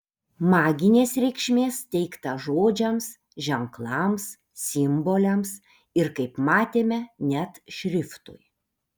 maginės reikšmės teikta žodžiams ženklams simboliams ir kaip matėme net šriftui